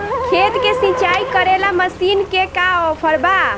खेत के सिंचाई करेला मशीन के का ऑफर बा?